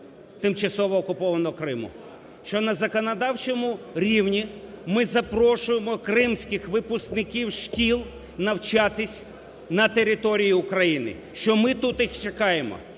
тимчасово окупованого Криму, що на законодавчому рівні ми запрошуємо кримських випускників шкіл навчатися на території України, що ми тут їх чекаємо.